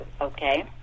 Okay